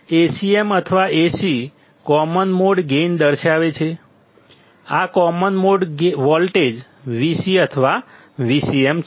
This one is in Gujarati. Acm અથવા Ac કોમન મોડ ગેઇન દર્શાવે છે આ કોમન મોડ વોલ્ટેજ Vc અથવા Vcm છે